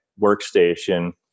workstation